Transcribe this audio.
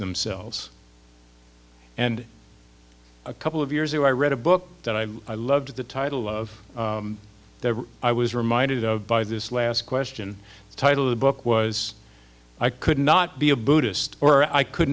themselves and a couple of years ago i read a book that i loved the title of that i was reminded of by this last question the title of the book was i could not be a buddhist or i could